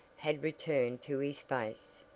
had returned to his face,